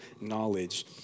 knowledge